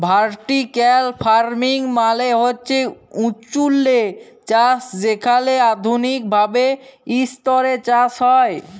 vertical farming মালে হছে উঁচুল্লে চাষ যেখালে আধুলিক ভাবে ইসতরে চাষ হ্যয়